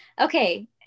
Okay